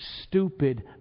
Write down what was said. stupid